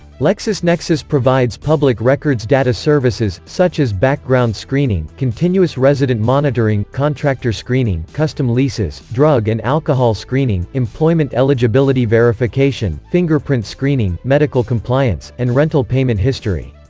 lexisnexis provides public records data services, such as background screening, continuous resident monitoring, contractor screening, custom leases, drug and alcohol screening, employment eligibility verification, fingerprint screening, medical compliance, and rental payment history.